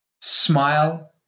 Smile